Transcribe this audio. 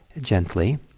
gently